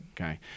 Okay